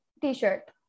t-shirt